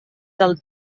del